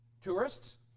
Tourists